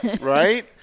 Right